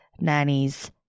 nannies